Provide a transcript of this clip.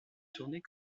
tournée